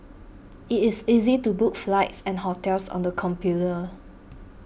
it is easy to book flights and hotels on the computer